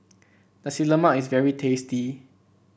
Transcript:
Nasi Lemak is very tasty